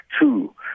two